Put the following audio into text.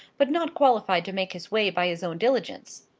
but not qualified to make his way by his own diligence?